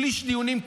שליש דיונים.